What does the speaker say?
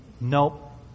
Nope